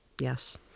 Yes